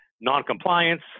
noncompliance